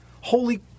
Holy